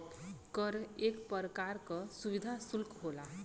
कर एक परकार का सुविधा सुल्क होला